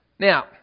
Now